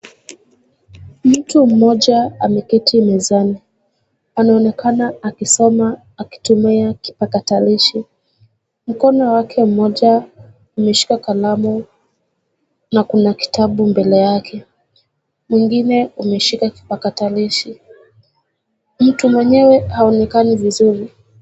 Mtu mmoja ameketi mezani, anaonekana akisoma akitumia kipakatalishi. Mkono wake mmoja, umeshika kalamu, na kuna kitabu mbele yake, mwingine umeshika kipakatalishi. Mtu mwenyewe haonekani vizuri.